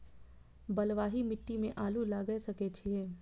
बलवाही मिट्टी में आलू लागय सके छीये?